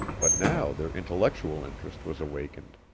but now their intellectual interest was awakened,